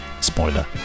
Spoiler